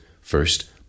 first